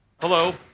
Hello